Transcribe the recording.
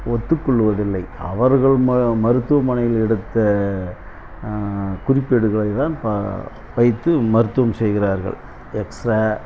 ஓற்றுக்கொள்வதில்லை அவர்கள் ம மருத்துமனைகளில் எடுத்த குறிப்பேடுகள்தான் வைத்து மருத்துவம் செய்கிறார்கள் எக்ஸ்ரே